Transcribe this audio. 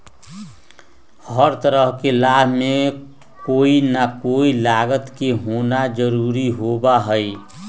हर तरह के लाभ में कोई ना कोई लागत के होना जरूरी होबा हई